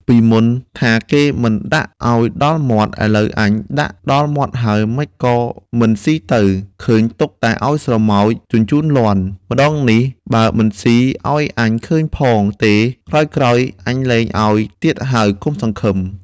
ពីមុនថាគេមិនដាក់ឲ្យដល់មាត់ ឥឡូវអញដាក់ដល់មាត់ហើយ ម្តេចក៏មិនស៊ីទៅ ឃើញទុកឲ្យតែស្រមោចជញ្ជូនលាន់ ម្តងនេះបើមិនស៊ីឲ្យអញឃើញផងទេ ក្រោយៗអញលែងឲ្យទៀតហើយ កុំសង្ឃឹម!"។